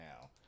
now